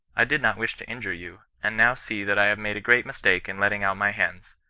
i did not wish to injure you, and now see that i have made a great mistake in letting out my hens.